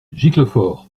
giclefort